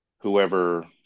whoever